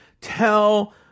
tell